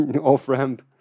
off-ramp